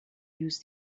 use